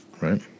Right